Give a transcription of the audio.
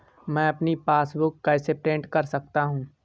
मैं अपनी पासबुक कैसे प्रिंट कर सकता हूँ?